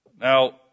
Now